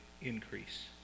increase